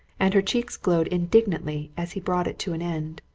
and her cheeks glowed indignantly as he brought it to an end.